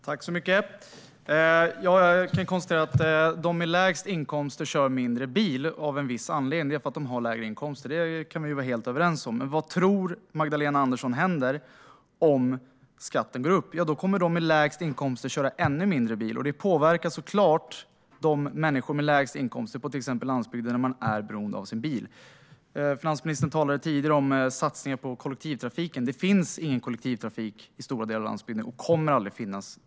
Herr talman! Jag kan konstatera att de med lägst inkomster kör mindre bil av en viss anledning, nämligen att de har lägre inkomster. Det kan vi vara helt överens om. Men vad tror Magdalena Andersson händer om skatten går upp? Jo, då kommer de med lägst inkomster att köra ännu mindre bil, och det påverkar såklart till exempel de människor med lägst inkomster som bor på landsbygden, där man är beroende av sin bil. Finansministern talade tidigare om satsningar på kollektivtrafiken. Det finns inte och kommer aldrig att finnas någon kollektivtrafik i stora delar av landsbygden.